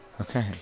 Okay